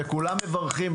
וכולם מברכים,